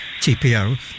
tpo